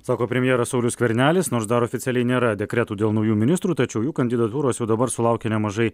sako premjeras saulius skvernelis nors dar oficialiai nėra dekretų dėl naujų ministrų tačiau jų kandidatūros jau dabar sulaukia nemažai